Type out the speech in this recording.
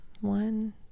One